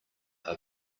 are